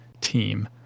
team